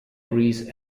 greece